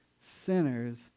sinners